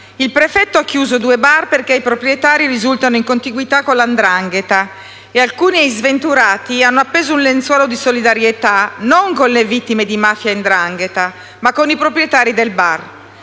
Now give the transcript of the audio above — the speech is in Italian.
Il prefetto ha chiuso due bar, perché i proprietari risultano in contiguità con la 'ndrangheta e alcuni sventurati hanno appeso un lenzuolo di solidarietà, con le immagini non delle vittime di mafia e 'ndrangheta, ma dei proprietari del bar.